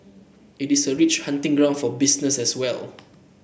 it is a rich hunting ground for business as well